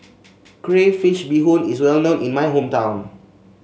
Crayfish Beehoon is well known in my hometown